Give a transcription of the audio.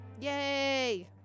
Yay